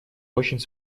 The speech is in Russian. очень